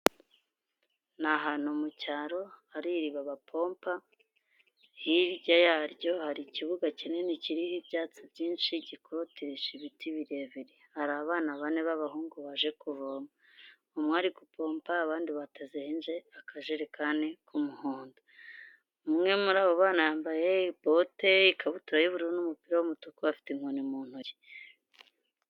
Ni ahantu mu cyaro hari iriba bapompa, hirya yaryo hari ikibuga kinini kiriho ibyatsi byinshi gikorotesheje ibiti birebire, hari abana bane b'abahungu baje kuvoma, umwe ari gupompa abandi batazeze akajerekani k'umuhondo, umwe muri abo bana yambaye bote, ikabutura y'ubururu n'umupira w'umutuku, afite inkoni mu ntoki.